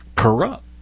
Corrupt